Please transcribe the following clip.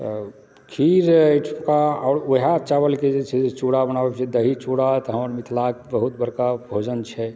खीर एहिठमका आओर उएह चावलके जे छै से चूड़ा बनाबैत छै दही चूड़ा तऽ हमर मिथिलाक बहुत बड़का भोजन छै